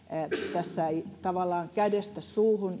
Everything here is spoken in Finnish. tässä ei jouduttaisi toimimaan tavallaan kädestä suuhun